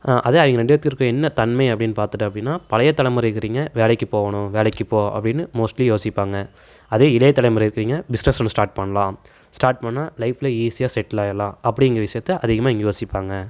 அதே அவங்க ரெண்டுபேத்துக்கும் இருக்கிற என்ன தன்மை அப்படின்னு பார்த்துட்டோம் அப்படின்னா பழையத்தலைமுறை இருக்கீங்க வேலைக்கு போகணும் வேலைக்கு போ அப்படின்னு மோஸ்ட்லி யோசிப்பாங்க அதே இளையத்தலைமுறை இருக்கீங்க பிசினஸ் ஒன்று ஸ்டார்ட் பண்ணலாம் ஸ்டார்ட் பண்ணால் லைஃப்பில் ஈஸியாக செட்டில் ஆகிடலாம் அப்படிங்குற விஷயத்தை அதிகமாக யோசிப்பாங்க